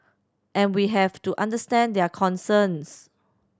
and we have to understand their concerns